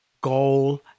Goal